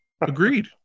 Agreed